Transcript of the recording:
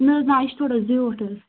نہ حظ نہ یہِ چھُ تھوڑا زِیوٗٹھ حظ